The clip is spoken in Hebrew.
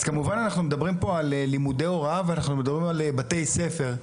אנחנו מדברים פה על לימודי הוראה ועל בתי ספר.